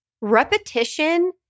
Repetition